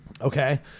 Okay